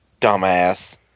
dumbass